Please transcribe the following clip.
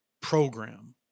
program